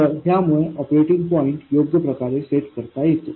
तर ह्यामुळे operating point योग्य प्रकारे सेट करता येतो